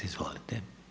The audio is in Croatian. Izvolite.